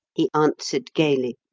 he answered, gaily.